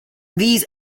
these